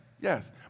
Yes